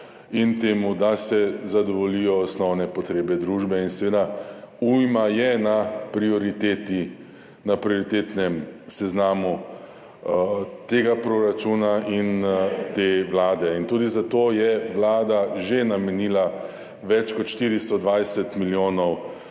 in da se zadovoljijo osnovne potrebe družbe. Seveda, ujma je na prioritetnem seznamu tega proračuna in te vlade. Tudi za to je Vlada že namenila več kot 420 milijonov